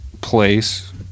place